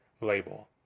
label